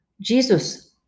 Jesus